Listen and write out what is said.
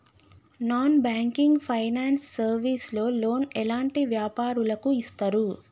Non banking finance service లో loan ఎలాంటి వ్యాపారులకు ఇస్తరు?